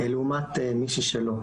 לעומת מישהי שלא,